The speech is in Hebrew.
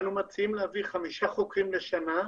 אנו מציעים להביא חמישה חוקרים לשנה,